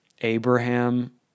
Abraham